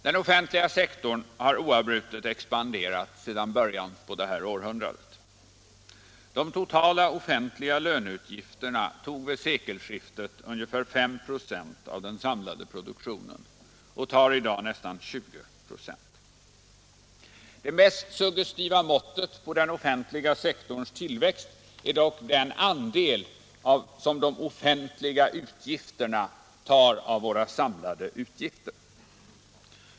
Den offentliga sektorn har oavbrutet expanderat sedan början på det här århundradet. De totala offentliga löneutgifterna tog vid sekelskiftet ungefär 5 96 av den samlade produktionen och tar i dag nästan 20 96. Det mest suggestiva måttet på den offentliga sektorns tillväxt är dock den andel de offentliga utgifterna tar av våra samlade utgifter.